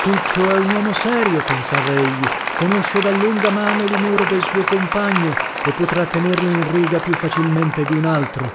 tuccio è un uomo serio pensava egli conosce da lunga mano l'umore del suo compagno e potrà tenerlo in riga più facilmente di un altro